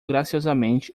graciosamente